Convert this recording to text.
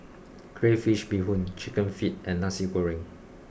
crayfish Beehoon chicken feet and Nasi Goreng